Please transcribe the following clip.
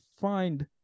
find